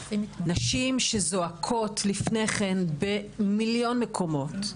נשים שזועקות לפני כן במיליון מקומות.